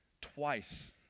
Twice